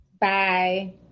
bye